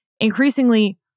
increasingly